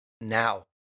now